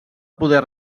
poder